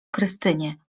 krystynie